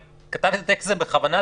כתבנו את הטקסט הזה בכוונה,